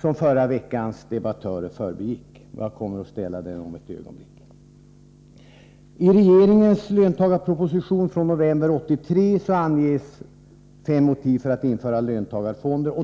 som förra veckans debattörer förbigick. Jag kommer att ställa den om ett ögonblick. I regeringens löntagarfondsproposition från november 1983 anges fem motiv för att införa löntagarfonder.